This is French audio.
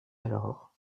alors